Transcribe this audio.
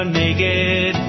naked